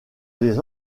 les